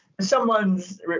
Someone's